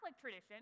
tradition